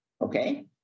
okay